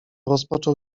rozpoczął